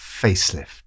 facelift